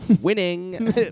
Winning